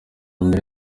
mbere